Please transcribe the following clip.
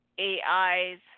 AIs